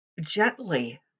gently